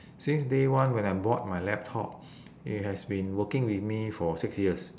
since day one when I bought my laptop it has been working with me for six years